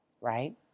right